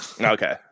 Okay